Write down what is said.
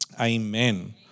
Amen